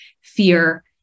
fear